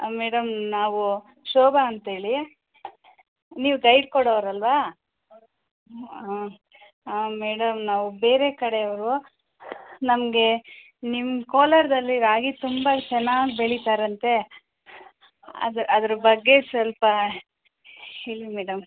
ಹಾಂ ಮೇಡಮ್ ನಾವು ಶೋಬಾ ಅಂತ ಹೇಳಿ ನೀವು ಗೈಡ್ ಕೊಡೋರಲ್ಲವಾ ಹಾಂ ಹಾಂ ಮೇಡಮ್ ನಾವು ಬೇರೆ ಕಡೆಯವರು ನಮಗೆ ನಿಮ್ಮ ಕೋಲಾರದಲ್ಲಿ ರಾಗಿ ತುಂಬ ಚೆನ್ನಾಗಿ ಬೆಳೀತಾರಂತೆ ಅದ್ರ ಅದ್ರ ಬಗ್ಗೆ ಸ್ವಲ್ಪ ಹೇಳಿ ಮೇಡಮ್